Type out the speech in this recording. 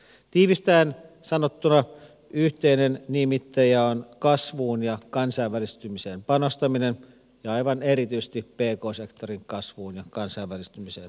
tiivistäen sanottuna yhteinen nimittäjä on kasvuun ja kansainvälistymiseen panostaminen aivan erityisesti pelko sektorin kasvuun ja kansainvälistymiseen